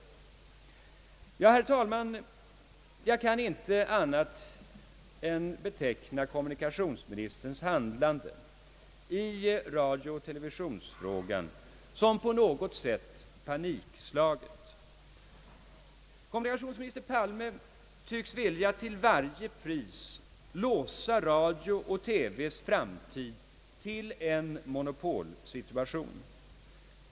Herr talman, jag kan inte annat än beteckna kommunikationsministerns handlande i radiooch televisionsfrågan som på något sätt panikslaget. Kommunikationsminister Palme tycks vilja till varje pris låsa radio och TV:s framtid till en monopolsituation.